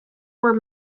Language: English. were